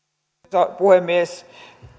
arvoisa puhemies